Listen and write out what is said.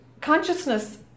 consciousness